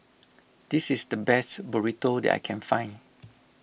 this is the best Burrito that I can find